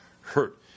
hurt